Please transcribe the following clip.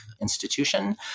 institution